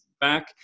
back